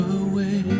away